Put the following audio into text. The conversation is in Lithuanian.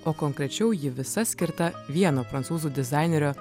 o konkrečiau ji visa skirta vieno prancūzų dizainerio